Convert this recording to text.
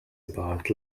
about